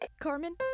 Carmen